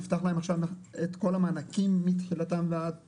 נפתח להם עכשיו את המענקים מתחילתם ועד היום?